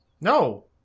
No